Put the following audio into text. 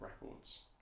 Records